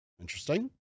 Interesting